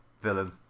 villain